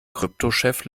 kryptochef